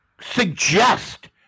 suggest